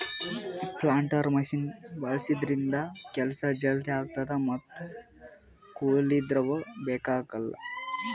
planter machine ಬಳಸಿದ್ರಿಂದ ಕೆಲ್ಸ ಜಲ್ದಿ ಆಗ್ತದ ಮತ್ತ್ ಕೂಲಿದವ್ರು ಬೇಕಾಗಲ್